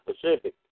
Pacific